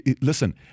listen